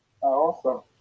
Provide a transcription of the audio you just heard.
Awesome